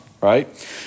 right